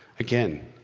again?